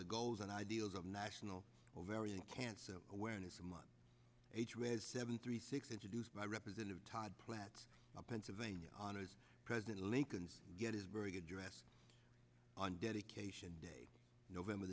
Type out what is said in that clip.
the goals and ideals of national ovarian cancer awareness month h red seven three six introduced by representative todd platts of pennsylvania honors president lincoln's gettysburg address on dedication day november